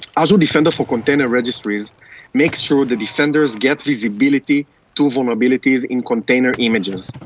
azure defender for container registries makes sure the defenders get visibility to vulnerabilities in container images.